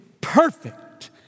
perfect